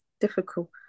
difficult